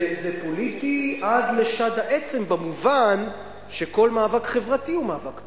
זה פוליטי עד לשד העצם במובן שכל מאבק חברתי הוא מאבק פוליטי.